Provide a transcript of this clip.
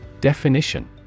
Definition